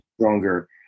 stronger